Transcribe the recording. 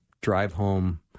drive-home